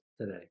today